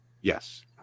Yes